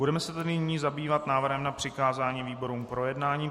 Budeme se tedy nyní zabývat návrhem na přikázání výborům k projednání.